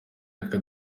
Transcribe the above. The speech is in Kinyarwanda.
aka